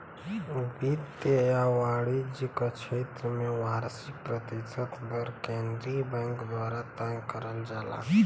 वित्त या वाणिज्य क क्षेत्र में वार्षिक प्रतिशत दर केंद्रीय बैंक द्वारा तय करल जाला